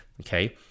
Okay